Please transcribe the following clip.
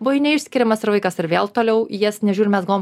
buvai neišskiriamas ir vaikas ir vėl toliau į jas nežiūri mes galvojam